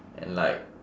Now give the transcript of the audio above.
and like